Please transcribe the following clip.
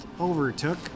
overtook